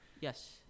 Yes